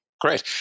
Great